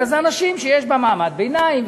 אלא זה אנשים שיש בהם מעמד ביניים,